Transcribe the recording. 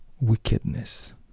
wickedness